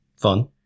Fun